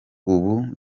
ubu